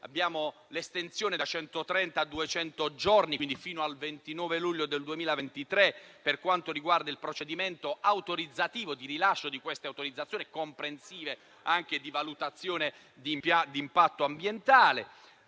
abbiamo l'estensione da centotrenta a duecento giorni (quindi fino al 29 luglio del 2023) del procedimento autorizzativo di rilascio di queste autorizzazioni, comprensive anche di valutazione di impatto ambientale.